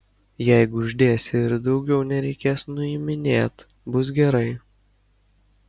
jeigu uždėsi ir daugiau nereikės nuiminėt bus gerai